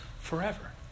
forever